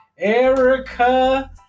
Erica